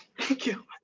thank you.